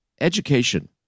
education